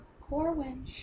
Corwin